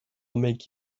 make